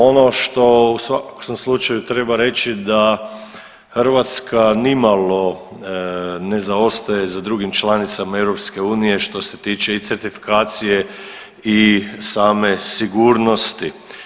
Ono što u svakom slučaju treba reći da Hrvatska nimalo ne zaostaje za drugim članicama EU što se tiče i certifikacije i same sigurnosti.